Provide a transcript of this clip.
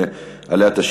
הצעות לסדר-היום מס'